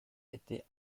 était